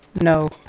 No